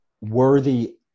worthy